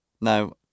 now